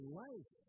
life